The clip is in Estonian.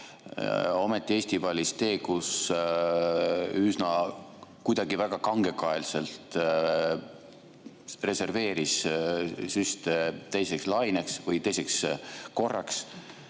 Ometi Eesti valis tee, kus ta üsna kangekaelselt reserveeris süste teiseks laineks või teiseks korraks